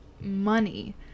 money